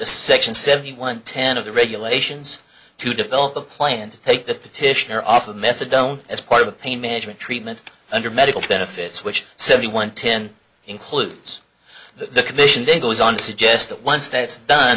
to section seventy one ten of the regulations to develop a plan to take the petitioner off the methadone as part of the pain management treatment under medical benefits which seventy one ten includes the commission then goes on to suggest that once that's done